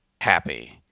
happy